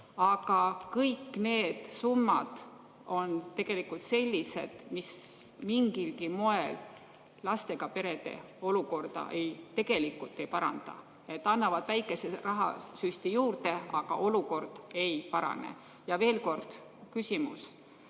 Aga kõik need summad on tegelikult sellised, mis mingilgi moel lastega perede olukorda ei paranda. Need annavad küll väikese rahasüsti juurde, aga olukord ei parane. Ja veel kord küsimus: